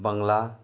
Bangla